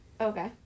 Okay